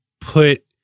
put